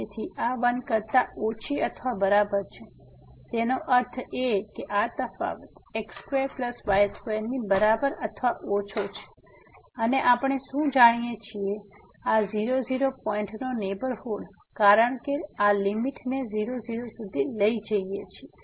તેથી આ 1 કરતા ઓછી અથવા બરાબર છે તેનો અર્થ એ કે આ તફાવત x2y2 ની બરાબર અથવા ઓછો છે અને આપણે શું જાણીએ છીએ આ 00 પોઈન્ટનો નેહબરહુડ કારણ કે આ લીમીટ ને 00 સુધી લઈ જઈએ છીએ